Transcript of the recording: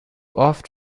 oft